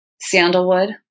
sandalwood